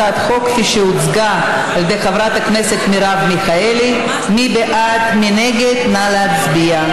בעד, 31 חברי כנסת, 41 מתנגדים, אין נמנעים.